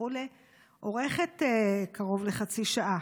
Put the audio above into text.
אורכת קרוב לחצי שעה.